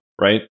right